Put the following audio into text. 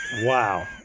Wow